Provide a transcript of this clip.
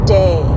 day